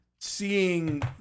seeing